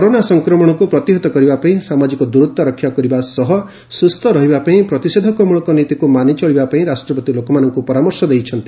corona ସଂକ୍ରମଣକୁ ପ୍ରତିହତ କରିବାପାଇଁ ସାମାଜିକ ଦୂରତ୍ୱ ରକ୍ଷା କରିବା ସହ ସୁସ୍ଥ ରହିବାପାଇଁ ପ୍ରତିଷେଧମୂଳକ ନୀତିକୁ ମାନି ଚଳିବା ପାଇଁ ରାଷ୍ଟ୍ରପତି ଲୋକମାନଙ୍କୁ ପରାମର୍ଶ ଦେଇଛନ୍ତି